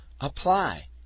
apply